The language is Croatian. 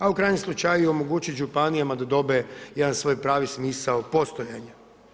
A u krajnjem slučaju omogućiti županijama da dobe jedan svoj pravi smisao postojanja.